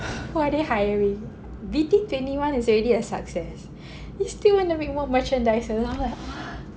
who are they hiring B_T twenty one is already a success they still wanna make more merchandises I'm like what